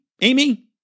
Amy